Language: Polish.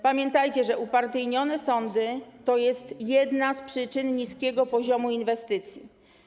Pamiętajcie, że upartyjnione sądy to jedna z przyczyn niskiego poziomu inwestycji.